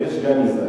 יש גם עיזה,